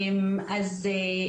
נדב.